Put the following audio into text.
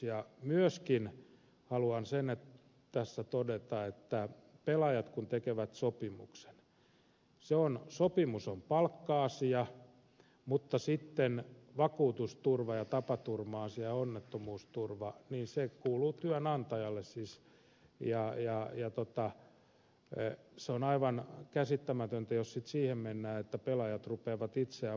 ja myöskin sen haluan tässä todeta että pelaajat kun tekevät sopimuksen sopimus on palkka asia mutta vakuutusturva ja tapaturma asia ja onnettomuusturva kuuluvat työnantajalle siis ja se on aivan käsittämätöntä jos sitten siihen mennään että pelaajat rupeavat itseään vakuuttamaan